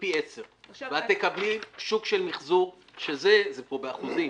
פי עשר ואת תקבלי שוק של מיחזור שזה -- -זה פה באחוזים.